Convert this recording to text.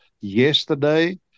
yesterday